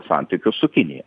santykius su kinija